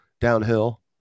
downhill